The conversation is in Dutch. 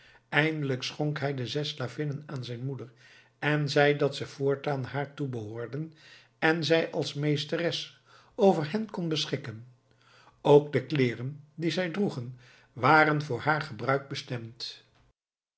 eindelijk schonk hij de zes slavinnen aan zijn moeder en zei dat ze voortaan haar toebehoorden en zij als meesteres over hen kon beschikken ook de kleeren die zij droegen waren voor haar gebruik bestemd